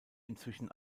inzwischen